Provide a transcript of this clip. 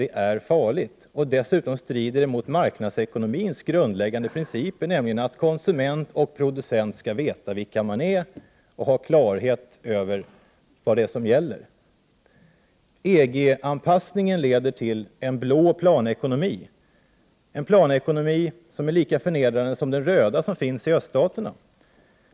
Det är farligt, och dessutom strider det mot marknadsekonomins grundläggande principer, nämligen att konsument och producent skall veta vilka de är och ha klarhet i vad det är som gäller. EG-anpassningen leder till en blå planekonomi, en planekonomi som är lika förnedrande som den röda, som finns i öststaterna.